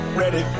ready